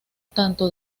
tanto